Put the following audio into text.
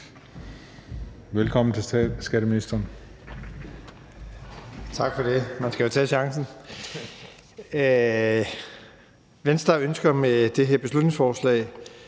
Velkommen til skatteministeren.